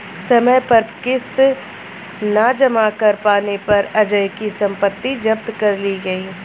समय पर किश्त न जमा कर पाने पर अजय की सम्पत्ति जब्त कर ली गई